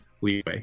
leeway